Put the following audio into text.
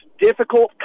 difficult